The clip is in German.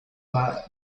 war